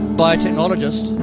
biotechnologist